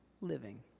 living